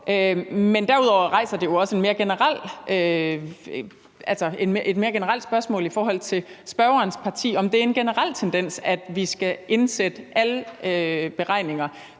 Men derudover rejser det jo også et mere generelt spørgsmål i forhold til spørgerens parti, altså om det er en generel tendens, at vi i alle beregninger